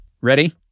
Ready